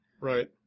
Right